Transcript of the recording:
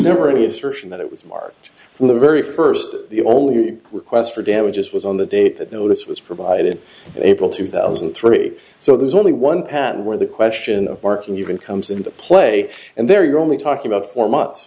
never any assertion that it was far from the very first the only request for damages was on the date that notice was provided april two thousand and three so there's only one patent where the question mark and you can comes into play and there you're only talking about four months